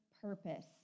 purpose